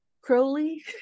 crowley